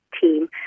team